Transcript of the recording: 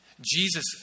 Jesus